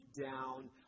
down